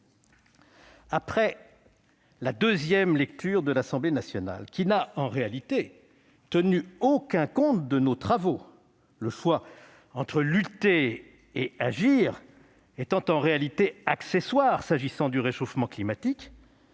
Après la deuxième lecture de l'Assemblée nationale, qui en réalité n'a tenu aucun compte de nos travaux, le choix entre les verbes « lutter » et « agir » étant en réalité accessoire s'agissant du réchauffement climatique,